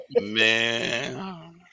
Man